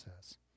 says